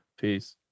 Peace